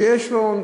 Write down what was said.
שיהיה שלו,